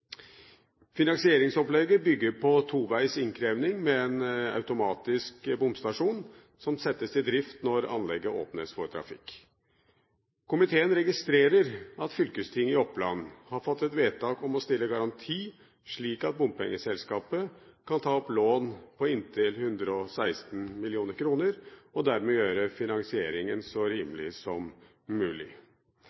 Finansieringsopplegget bygger på toveis innkreving med en automatisk bomstasjon som settes i drift når anlegget åpnes for trafikk. Komiteen registrerer at fylkestinget i Oppland har fattet vedtak om å stille garanti slik at bompengeselskapet kan ta opp lån på inntil 116 mill. kr og dermed gjøre finansieringen så